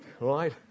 right